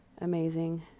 amazing